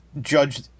judge